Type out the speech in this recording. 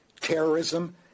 terrorism